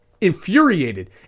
infuriated